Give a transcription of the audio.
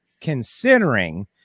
considering